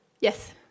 Yes